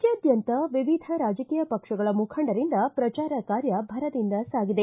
ರಾಜ್ಯಾದ್ವಂತ ವಿವಿಧ ರಾಜಕೀಯ ಪಕ್ಷಗಳ ಮುಖಂಡರಿಂದ ಪ್ರಚಾರ ಕಾರ್ಯ ಭರದಿಂದ ಸಾಗಿದೆ